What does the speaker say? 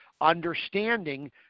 understanding